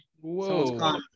whoa